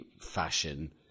fashion